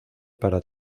para